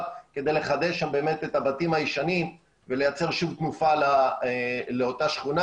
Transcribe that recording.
כדי לחדש שם באמת את הבתים הישנים ולייצר שוב תנופה לאותה שכונה.